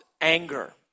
anger